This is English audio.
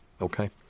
Okay